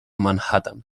manhattan